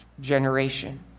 generation